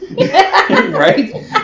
right